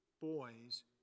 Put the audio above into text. boys